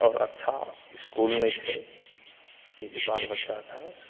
आओर अच्छ इसकुल नहि छै कि जे बाल बच्चाके